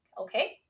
Okay